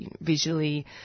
visually